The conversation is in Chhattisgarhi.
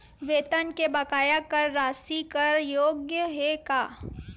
वेतन के बकाया कर राशि कर योग्य हे का?